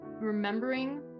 remembering